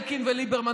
אלקין וליברמן,